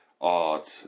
art